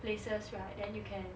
places right then you can